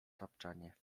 tapczanie